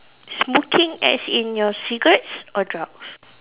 smoking as in your cigarettes or drugs